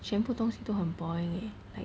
全部东西都很 boring eh like